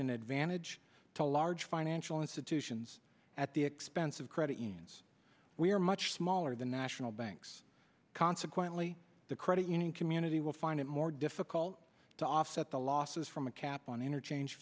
an advantage to large financial institutions at the expense of credit unions we are much smaller than national banks consequently the credit union community will find it more difficult to offset the losses from a cap on interchange